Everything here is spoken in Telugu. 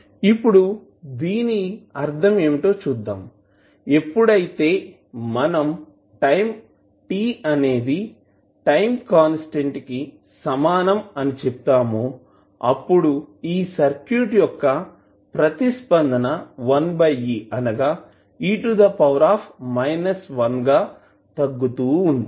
ఇప్పుడు దీని అర్ధం ఏమిటో చూద్దాం ఎప్పుడైతే మనం టైం t అనేది టైం కాన్స్టాంట్ కి సమానం అని చెప్తామో అప్పుడు ఈ సర్క్యూట్ యొక్క ప్రతిస్పందన 1e అనగా e to the power minus 1 గా తగ్గుతూ ఉంటుంది